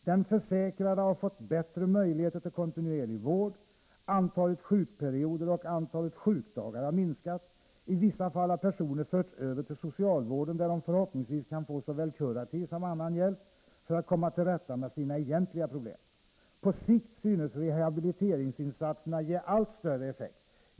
Den försäkrade har fått bättre möjligheter till kontinuerlig vård. Antalet sjukperioder och antalet sjukdagar har minskat. I vissa fall har personerna förts över till socialvården, där de förhoppningsvis kan få såväl kurativ som annan hjälp, för att komma tillrätta med sina egentliga problem. På sikt synes rehabiliteringsinsatserna ge allt större effekt.